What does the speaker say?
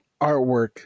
artwork